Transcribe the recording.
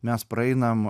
mes praeinam